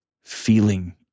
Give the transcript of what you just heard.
feeling